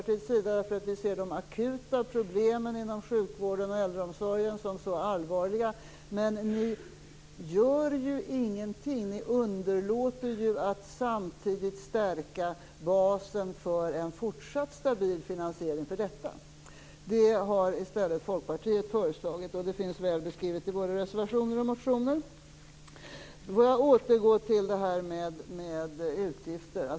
Vi ser nämligen de akuta problemen inom sjukvården och äldreomsorgen som så allvarliga. Men ni gör ju ingenting. Ni underlåter ju att samtidigt stärka basen för en fortsatt stabil finansiering för detta. Det har i stället Folkpartiet föreslagit, och det finns väl beskrivet i våra reservationer och motioner. Jag skall återgå till talet om utgifter.